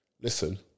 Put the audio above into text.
listen